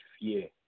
fear